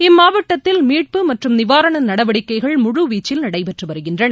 இம்மாவட்டத்தில் மீட்பு மற்றும் நிவாரண நடவடிக்கைகள் முழு வீச்சில் நடைபெற்று வருகின்றன